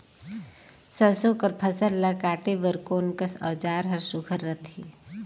सरसो कर फसल ला काटे बर कोन कस औजार हर सुघ्घर रथे?